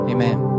Amen